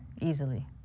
Easily